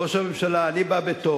ראש הממשלה, אני בא בטוב.